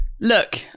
Look